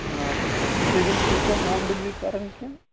آ تُہۍ ؤنۍتو تُہۍ چھُوا ہوم ڈِلِوری کَران کیٚنٛہہ